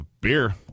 Beer